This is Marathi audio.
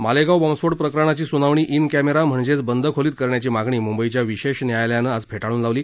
मालेगाव बॉम्बस्फोट प्रकरणाची स्नावणी इन कॅमेरा म्हणजेच बंद खोलीत करण्याची मागणी मुंबईच्या विशेष न्यायालयानं आज फेटाळून लावली